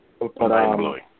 mind-blowing